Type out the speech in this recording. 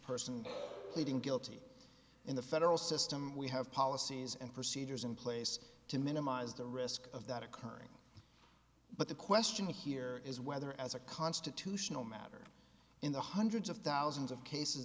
person pleading guilty in the federal system we have policies and procedures in place to minimize the risk of that occurring but the question here is whether as a constitutional matter in the hundreds of thousands of cases